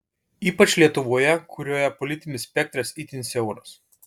ypač lietuvoje kurioje politinis spektras itin siauras